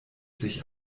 sich